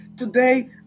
today